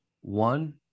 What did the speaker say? One